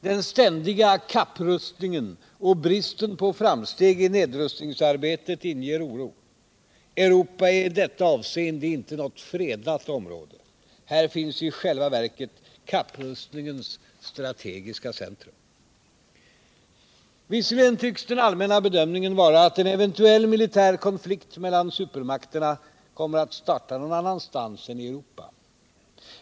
Den ständiga kapprustningen och bristen på framsteg i nedrustningsarbetet inger oro. Europa är i detta avseende inte något fredat område. Här finns i själva verket kapprustningens strategiska centrum. Visserligen tycks den allmänna bedömningen vara att en eventuell militär konflikt mellan supermakterna kommer att starta någon annanstans än i Europa.